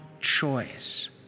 choice